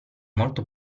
molto